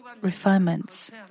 refinements